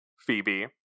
Phoebe